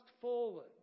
forward